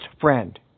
friend